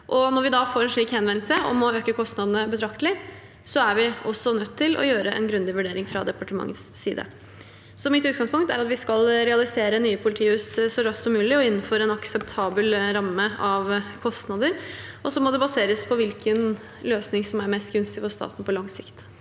Når vi da får en slik henvendelse om å øke kostnadene betraktelig, er vi også nødt til å gjøre en grundig vurdering fra departementets side. Mitt utgangspunkt er at vi skal realisere nye politihus så raskt som mulig og innenfor en akseptabel ramme av kostnader, og så må det baseres på hvilken løsning som er mest gunstig for staten på lang sikt.